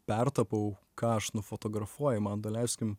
pertapau ką aš nufotografuoju man daleiskim